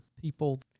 people